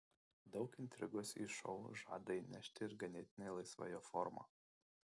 daug intrigos į šou žada įnešti ir ganėtinai laisva jo forma